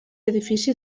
edifici